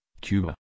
Cuba